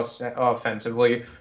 offensively